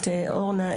את אורנה,